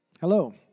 Hello